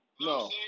No